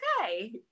okay